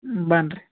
ಬನ್ರಿ